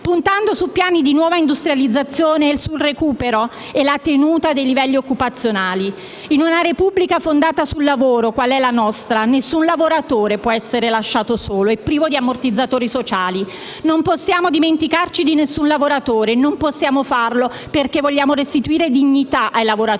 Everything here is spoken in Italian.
puntando su piani di nuova industrializzazione e sul recupero e la tenuta dei livelli occupazionali. In una Repubblica fondata sul lavoro, qual è la nostra, nessun lavoratore può essere lasciato solo e privo di ammortizzatori sociali. Non possiamo dimenticarci di nessun lavoratore e non possiamo farlo perché vogliamo restituire dignità ai lavoratori,